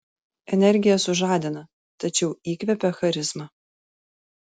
energija sužadina tačiau įkvepia charizma